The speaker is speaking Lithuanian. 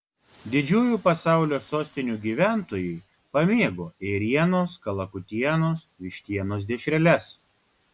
didžiųjų pasaulio sostinių gyventojai pamėgo ėrienos kalakutienos vištienos dešreles